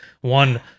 One